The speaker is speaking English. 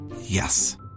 Yes